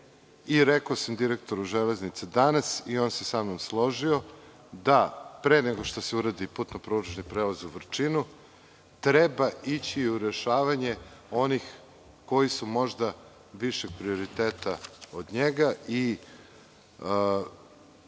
Rekao sam direktoru „Železnica“ danas i on se složio da pre nego što se uradi putno-pružni prelaz u Vrčinu, treba ići i rešavanje onih koji su možda višeg prioriteta od njega i